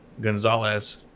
Gonzalez